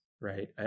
right